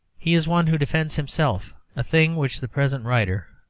he is one who defends himself, a thing which the present writer,